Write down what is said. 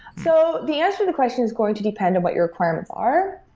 so the answer to the question is going to depend on what your requirements are.